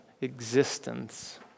existence